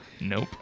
Nope